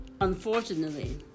Unfortunately